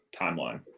timeline